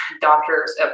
doctor's